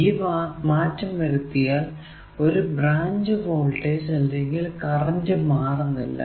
ഈ മാറ്റം വരുത്തിയാൽ ഒരു ബ്രാഞ്ച് വോൾടേജ് അല്ലെങ്കിൽ കറന്റ് മാറുന്നില്ല